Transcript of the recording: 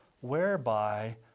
whereby